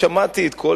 ושמעתי את כל